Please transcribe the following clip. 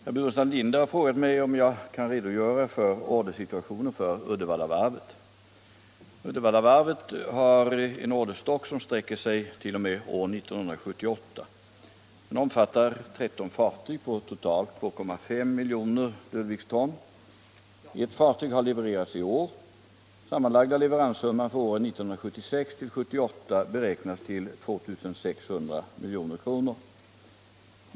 Herr talman! Herr Burenstam Linder har frågat mig om jag kan redogöra för ordersituationen för Uddevallavarvet. Uddevallavarvet har en orderstock som sträcker sig t.o.m. år 1978. Den omfattar 13 fartyg på totalt 2,5 milj. ton dw. Ett fartyg har levererats iår. Sammanlagda leveranssumman för åren 1976-1978 beräknas till 2 600 milj.kr.